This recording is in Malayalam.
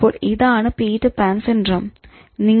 അപ്പോൾ ഇതാണ് "പീറ്റർ പാൻ സിൻഡ്രം"